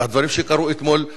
והדברים שקרו אתמול,